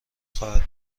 خواهد